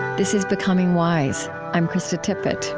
this is becoming wise. i'm krista tippett